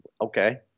okay